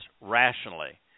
rationally